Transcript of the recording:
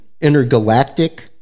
intergalactic